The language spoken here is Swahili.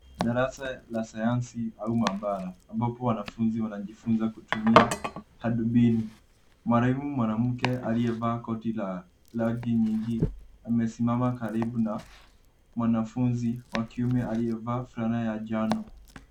Darasa la sayansi au maabara, ambapo wanafunzi wanajifunza kutumia hadubini. Mwalimu mwanamke aliyevaa koti la rangi nyingi amesimama karibu na mwanafunzi wa kiume aliyevaa fulana ya njano.